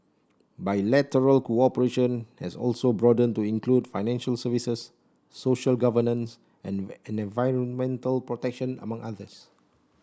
bilateral cooperation has also broadened to include financial services social governance and and environmental protection among others